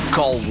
Call